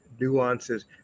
nuances